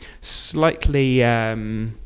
slightly